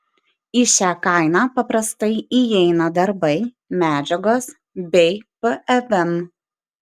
į šią kainą paprastai įeina darbai medžiagos bei pvm